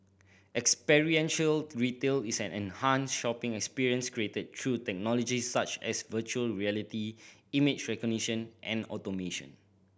experiential retail is an enhanced shopping experience created through technologies such as virtual reality image recognition and automation